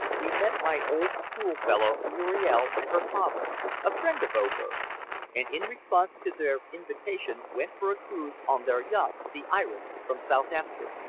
we met my old schoolfellow muriel and her father a friend of oberg's and in response to their invitation went for a cruise on their yacht, the iris, from southampton.